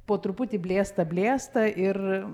po truputį blėsta blėsta ir